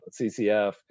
ccf